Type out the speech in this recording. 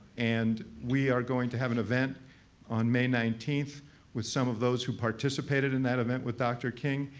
and we are going to have an event on may nineteenth with some of those who participated in that event with dr. king,